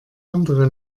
andere